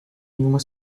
uma